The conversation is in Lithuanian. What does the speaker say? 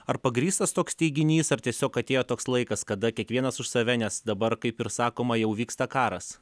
ar pagrįstas toks teiginys ar tiesiog atėjo toks laikas kada kiekvienas už save nes dabar kaip ir sakoma jau vyksta karas